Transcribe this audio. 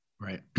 Right